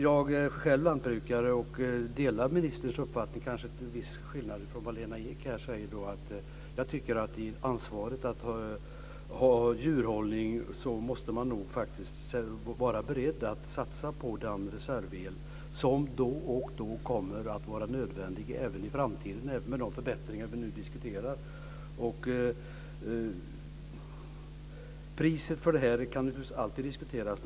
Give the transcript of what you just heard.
Jag är själv lantbrukare och delar ministerns uppfattning - i viss mån till skillnad från Lena Ek - att om man har ansvar för djurhållning så måste man nog vara beredd att satsa på den reservel som då och då kommer att vara nödvändig även i framtiden med de förbättringar som vi nu diskuterar. Priset för detta kan naturligtvis alltid diskuteras.